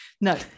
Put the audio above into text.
No